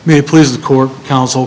may please the court counsel